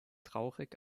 traurig